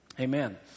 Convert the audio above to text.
Amen